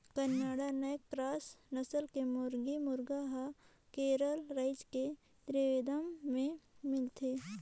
naked neck cross नसल के मुरगी, मुरगा हर केरल रायज के त्रिवेंद्रम में मिलथे